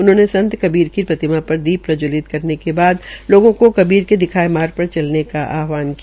उन्होंने संत कबीर की प्रतिमा पर दीप प्रज्वलित करने के बाद लोगों को कबीर के दिखाये गये मार्ग पर चलने का आहवान किया